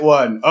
one